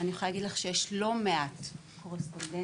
אני יכולה להגיד לך שיש לא מעט קורספונדנטים